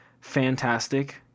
fantastic